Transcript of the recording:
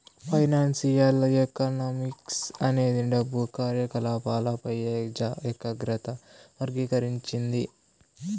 financial economics అనేది డబ్బు కార్యకాలపాలపై ఏకాగ్రత వర్గీకరించింది